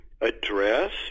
address